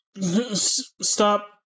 Stop